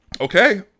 Okay